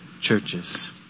churches